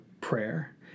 prayer